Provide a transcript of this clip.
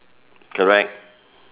correct